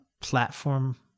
platform